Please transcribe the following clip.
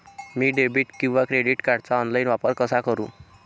मी debit किंवा credit कार्डचा online वापर कसा करु?